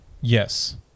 Yes